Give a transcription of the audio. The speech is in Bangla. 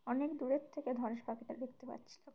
অনেক দূরের থেকে ধনেশ পাখিটা দেখতে পাচ্ছিলাম